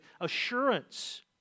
assurance